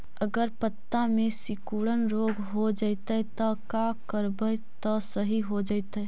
अगर पत्ता में सिकुड़न रोग हो जैतै त का करबै त सहि हो जैतै?